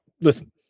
listen